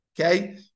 okay